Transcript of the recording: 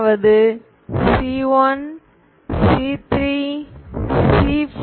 அதாவது C1C3C5